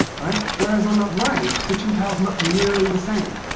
right? whereas on the right, the two tiles look nearly the same.